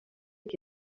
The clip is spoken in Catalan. que